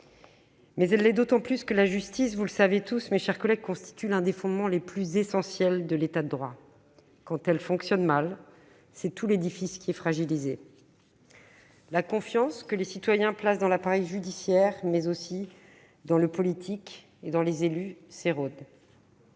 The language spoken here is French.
en elle-même, d'autant plus que la justice constitue, vous le savez tous, mes chers collègues, l'un des fondements les plus essentiels de l'État de droit. Quand elle fonctionne mal, c'est tout l'édifice qui est fragilisé. La confiance que les citoyens placent dans l'appareil judiciaire, mais aussi dans le politique et dans les élus, s'érode.